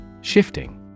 Shifting